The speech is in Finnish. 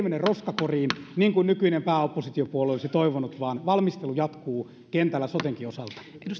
mene roskakoriin niin kuin nykyinen pääoppositiopuolue olisi toivonut vaan valmistelu jatkuu kentällä sotenkin osalta